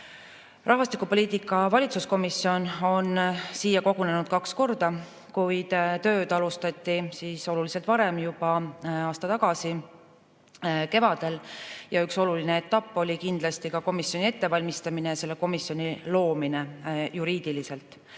Rahvastikupoliitika valitsuskomisjon on kogunenud kaks korda, kuid tööd alustati oluliselt varem, juba aasta tagasi kevadel. Üks oluline etapp oli kindlasti juba komisjoni ettevalmistamine, selle komisjoni loomine juriidiliselt,